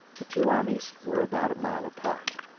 the two armies were about a mile apart.